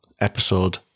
episode